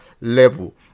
level